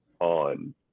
on